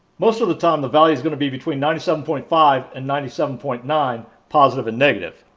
most of the time the value is going to be between ninety seven point five and ninety seven point nine positive and negative.